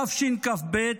תשכ"ב,